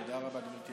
תודה רבה, גברתי